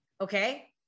Okay